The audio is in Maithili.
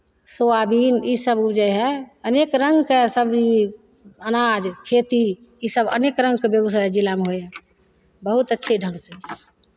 सोआबीन ईसभ उपजै हइ अनेक रङ्गके सब्जी ई अनाज खेती ईसभ अनेक रङ्गके बेगूसराय जिलामे होइ हइ बहुत अच्छे ढङ्गसँ